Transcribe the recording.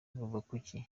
ruvakuki